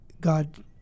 God